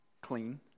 clean